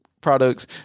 products